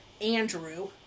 Andrew